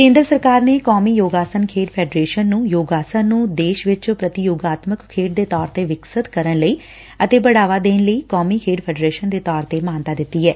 ਕੇਦਰ ਸਰਕਾਰ ਨੇ ਕੌਮੀ ਯੋਗਾਸਨ ਖੇਡ ਫੈਡਰੇਸ਼ਨ ਨੂੰ ਯੋਗਾਸਨ ਨੂੰ ਦੇਸ਼ ਵਿਚ ਪ੍ਰਤੀਯੋਗਾਤਮਕ ਖੇਡ ਦੇ ਤੌਰ ਤੇ ਵਿਕਸਤ ਕਰਨ ਲਈ ਅਤੇ ਬੜਾਵਾ ਦੇਣ ਲਈ ਕੌਮੀ ਖੇਡ ਫੈਡਰੇਸ਼ਨ ਦੇਂ ਤੌਰ ਤੇ ਮਾਨਤਾ ਦਿੱਤੀ ਏ